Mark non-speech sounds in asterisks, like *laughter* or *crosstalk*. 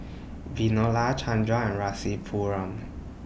*unintelligible* Chanda and Rasipuram